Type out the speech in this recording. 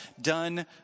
done